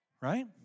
Right